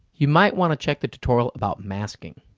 you might want to check the tutorial about masking.